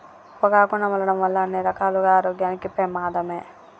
పొగాకు నమలడం వల్ల అన్ని రకాలుగా ఆరోగ్యానికి పెమాదమే